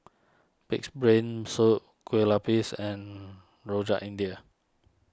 Pig's Brain Soup Kueh Lupis and Rojak India